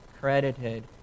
credited